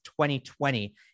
2020